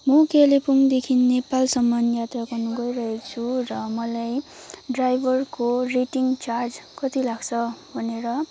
म कालिम्पोङदेखि नेपालसम्म यात्रा गर्न गइरहेकी छु र मलाई ड्राइभरको रेटिङ चार्ज कति लाग्छ भनेर